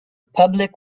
public